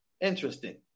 interesting